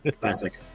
Classic